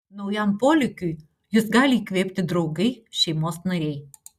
naujam polėkiui jus gali įkvėpti draugai šeimos nariai